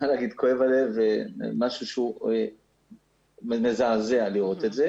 שכואב הלב, זה משהו שהוא מזעזע לראות.